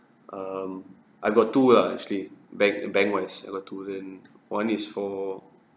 um I got two lah actually bank bank wise I got two then one is for